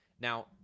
Now